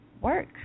work